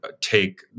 take